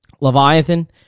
Leviathan